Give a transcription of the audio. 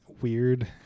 weird